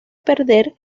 perder